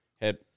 head